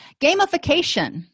Gamification